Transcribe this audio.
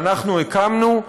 שאנחנו הקמנו,